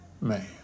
man